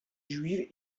juive